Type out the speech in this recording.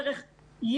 ערך,